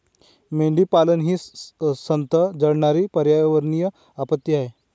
मेंढीपालन ही संथ जळणारी पर्यावरणीय आपत्ती आहे